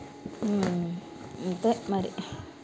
అంతే మరి